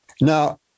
Now